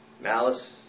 Malice